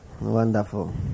Wonderful